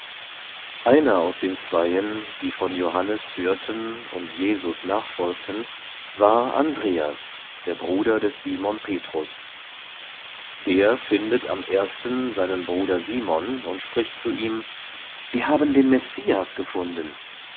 einer aus den zweien die von johannes hörten und jesus nachfolgten war andreas der bruder des simon petrus der findet am ersten seinen bruder simon und spricht zu ihm wir haben den messias gefunden